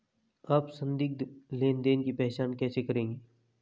आप संदिग्ध लेनदेन की पहचान कैसे करेंगे?